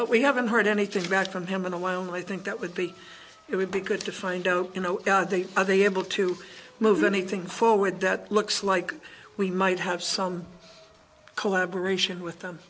but we haven't heard anything back from him in a while and i think that would be it would be good to find oh you know are they able to move anything forward that looks like we might have some collaboration with them